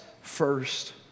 first